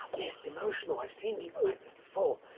yes. emotional. i've seen people like this before.